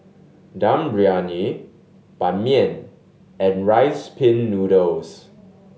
Dum Briyani Ban Mian and Rice Pin Noodles